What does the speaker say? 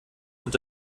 und